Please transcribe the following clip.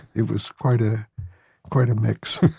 it was quite ah quite a mix.